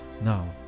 now